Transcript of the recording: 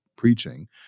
preaching